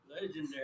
Legendary